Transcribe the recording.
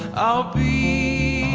i'll be